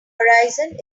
horizon